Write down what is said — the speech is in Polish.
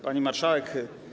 Pani Marszałek!